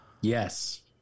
Yes